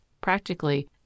practically